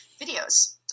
videos